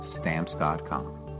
Stamps.com